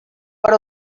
per